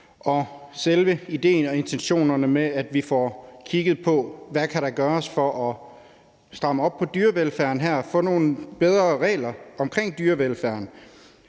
og selve idéen og intentionerne om, at vi får kigget på, hvad der kan gøres for at stramme op på dyrevelfærden og få nogle bedre regler omkring dyrevelfærden,